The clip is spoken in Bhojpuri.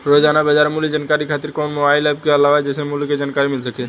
रोजाना बाजार मूल्य जानकारी खातीर कवन मोबाइल ऐप आवेला जेसे के मूल्य क जानकारी मिल सके?